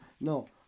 No